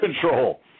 control